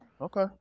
Okay